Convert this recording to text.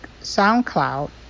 SoundCloud